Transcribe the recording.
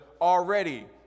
already